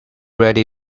ready